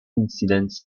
incidents